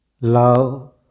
love